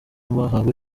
mwahawe